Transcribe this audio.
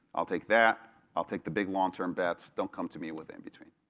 i'll take that, i'll take the big long term bets. don't come to me with in between.